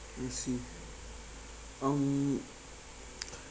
let me see um